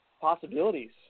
Possibilities